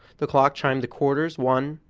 the clock chimed the quarters, one,